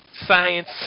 science